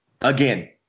again